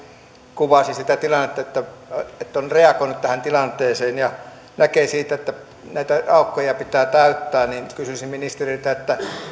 kuvasi sitä tilannetta niin että on reagoinut tähän tilanteeseen ja näkee niin että näitä aukkoja pitää täyttää niin kysyisin ministeriltä